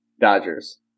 Dodgers